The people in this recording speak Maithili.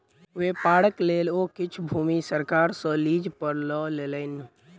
व्यापारक लेल ओ किछ भूमि सरकार सॅ लीज पर लय लेलैन